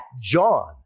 John